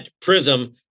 prism